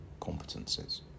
competences